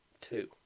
two